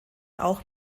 auch